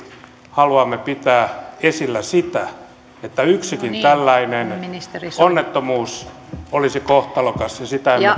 haluamme pitää esillä sitä että yksikin tällainen onnettomuus olisi kohtalokas ja